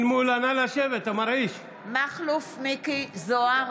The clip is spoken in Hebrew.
נגד מכלוף מיקי זוהר,